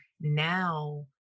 now